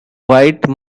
white